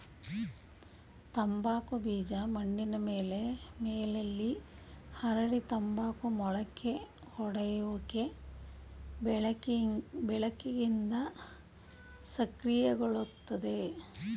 ತಂಬಾಕು ಬೀಜ ಮಣ್ಣಿನ ಮೇಲ್ಮೈಲಿ ಹರಡಿ ತಂಬಾಕು ಮೊಳಕೆಯೊಡೆಯುವಿಕೆ ಬೆಳಕಿಂದ ಸಕ್ರಿಯಗೊಳ್ತದೆ